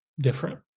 different